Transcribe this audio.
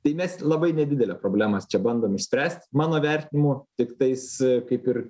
tai mes labai nedidelę problemas čia bandom išspręst mano vertinimu tiktais kaip ir